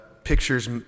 pictures